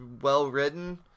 well-written